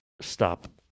stop